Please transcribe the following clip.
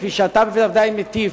כפי שאתה בוודאי מטיף,